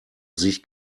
sich